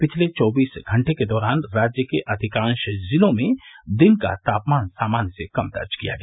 पिछले चौबीस घंटे के दौरान राज्य के अधिकांश जिलों में दिन का तापमान सामान्य से कम दर्ज किया गया